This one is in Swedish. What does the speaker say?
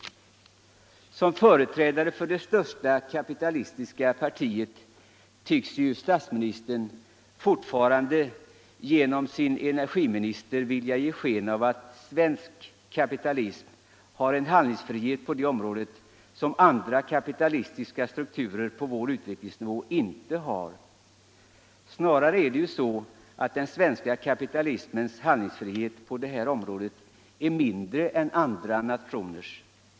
Som företrädare för det största kapitalistiska partiet tycks statsministern ju fortfarande genom sin energiminister vilja ge sken av att svensk kapitalism har en handlingsfrihet på det området som andra kapitalistiska strukturer på vår utvecklingsnivå inte har. Snarare är det ju så att den svenska kapitalismens handlingsfrihet på det här området är mindre än andra naätioners.